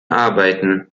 arbeiten